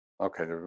okay